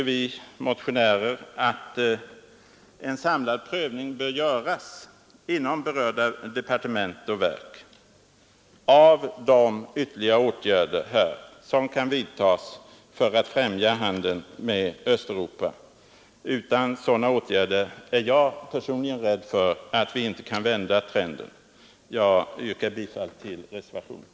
Vi motionärer tycker att en samlad prövning bör göras inom berörda departement och verk av de ytterligare åtgärder som kan vidtas för att främja handeln med Östeuropa. Utan sådana åtgärder är jag personligen rädd för att vi inte kan vända trenden. Jag yrkar, herr talman, bifall till reservationen.